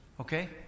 okay